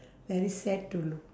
very sad to look